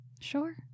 Sure